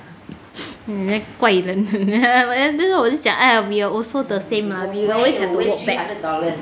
then 怪人 then 我就讲 !aiya! we are also the same mah we always have to walk back